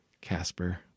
Casper